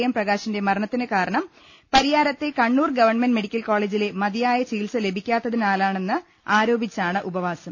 എംപ്രകാശന്റെ മരണത്തിന് കാരണം പരി യാരത്തെ കണ്ണൂർ ഗവൺമെന്റ് മെഡിക്കൽ കോളേജിൽ മതിയാ യ ചികിത്സ ലഭിക്കാത്തതിനാലാണെന്ന് ആരോപിച്ചാണ് ഉപവാസം